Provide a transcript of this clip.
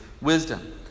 wisdom